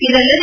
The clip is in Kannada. ಇದಲ್ಲದೆ